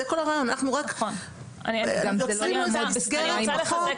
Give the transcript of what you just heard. זה כל הרעיון, אנחנו רק --- אני מסכים איתכם